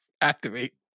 Activate